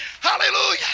hallelujah